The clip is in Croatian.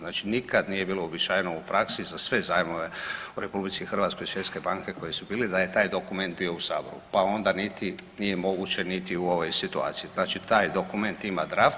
Znači nikad nije bilo uobičajeno u praksi za sve zajmove u RH svjetske banke koji su bili da je taj dokument bio u saboru pa onda niti nije moguće niti u ovoj situaciju, znači taj dokument ima draft.